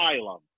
asylum